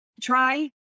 try